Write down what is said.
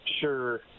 sure